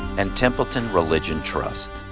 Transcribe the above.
and templeton religion trust.